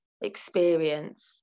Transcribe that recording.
experience